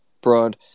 Broad